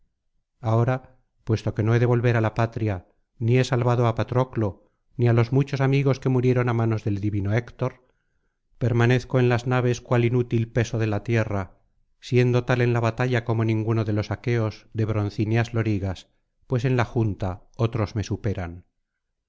ahora puesto que no he de volver á la patria ni he salvado á patroclo ni á los muchos amigos que murieron á manos del divino héctor permanezco en las naves cual inútil peso de la tierra siendo tal en la batalla como ninguno de los aqueos de broncíneas lorigas pues en la junta otros me superan